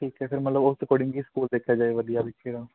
ਠੀਕ ਹੈ ਫੇਰ ਮਤਲਬ ਉਸ ਅਕੋਰਡਿੰਗ ਹੀ ਸਕੂਲ ਦੇਖਿਆ ਜਾਏ ਵਧੀਆ ਵੀ ਕਿਹੜਾ